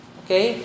okay